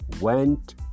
went